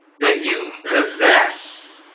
that you possess